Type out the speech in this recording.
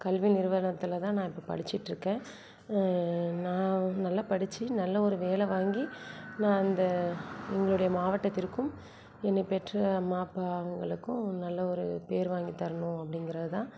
கல்வி நிறுவனத்தில் தான் நான் இப்போ படிச்சிட்டுருக்கேன் நான் நல்லா படிச்சி நல்ல ஒரு வேலை வாங்கி நான் அந்த எங்களுடைய மாவட்டத்திற்கும் என்னை பெற்ற அம்மா அப்பா அவங்களுக்கும் நல்ல ஒரு பேர் வாங்கி தரணும் அப்படிங்கிறது தான்